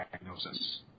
diagnosis